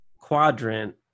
quadrant